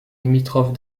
limitrophe